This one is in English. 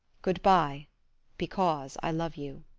good-by because i love you.